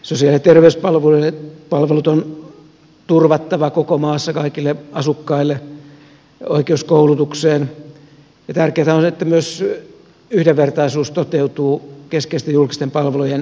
sosiaali ja terveyspalvelut on turvattava koko maassa kaikille asukkaille oikeus koulutukseen ja tärkeätä on se että myös yhdenvertaisuus toteutuu keskeisten julkisten palvelujen saamisessa